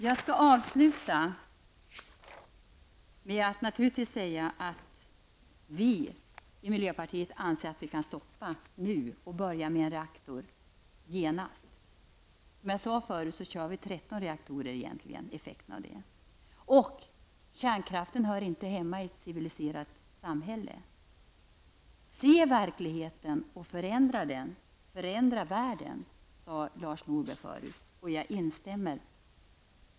Jag skall avsluta med att säga att vi i miljöpartiet naturligtvis anser att man kan stoppa kärnkraften nu och börja med att avveckla en reaktor genast. Som jag sade förut kör vi egentligen 13 reaktorer. Kärnkraften hör inte hemma i ett civiliserat samhället. Se verkligheten och förändra den, förändra världen! sade Lars Norberg förut. Jag instämmer.